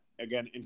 again